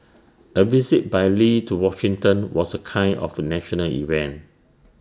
A visit by lee to Washington was A kind of national event